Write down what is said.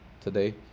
today